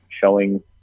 showing